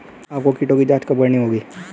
आपको कीटों की जांच कब करनी चाहिए?